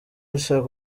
elsa